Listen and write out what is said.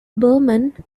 burman